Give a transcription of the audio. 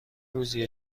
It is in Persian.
روزی